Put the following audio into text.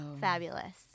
Fabulous